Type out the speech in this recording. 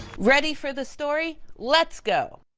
ready for the story? let's go!